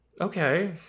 Okay